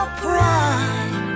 pride